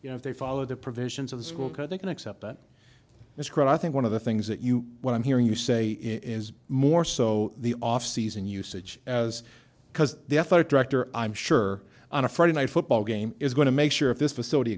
you know if they follow the provisions of the school code they can accept it as quote i think one of the things that you what i'm hearing you say is more so the off season usage as because the effort director i'm sure on a friday night football game is going to make sure if this facility